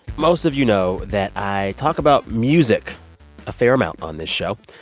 most of you know that i talk about music a fair amount on this show.